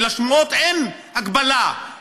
כי לשמועות אין הגבלה,